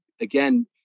again